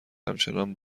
همچنان